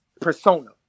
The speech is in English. persona